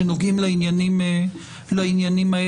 שנוגעים לעניינים האלה.